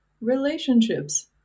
relationships